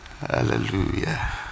Hallelujah